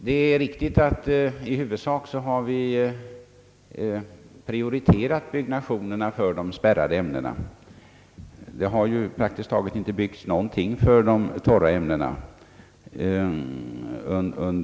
Det är riktigt att vi i huvudsak har prioriterat byggnationen för de spärrade ämnena. Under de senare åren har ju praktiskt taget ingenting byggts för de »torra» ämnena.